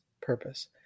purpose